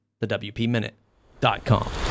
thewpminute.com